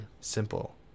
simple